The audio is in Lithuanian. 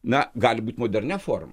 na gali būt modernia forma